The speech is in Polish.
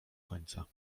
końca